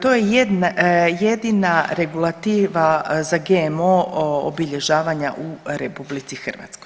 To je jedina regulativa za GMO obilježavanja u RH.